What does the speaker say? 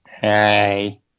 Hey